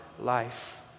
life